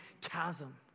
chasm